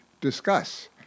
discuss